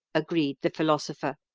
agreed the philosopher.